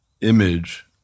image